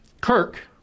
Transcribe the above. Kirk